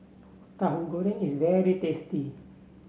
Tahu Goreng is very tasty